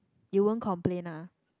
you won't complain ah